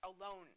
alone